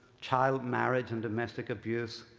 child marriage and domestic abuse,